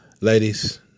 Ladies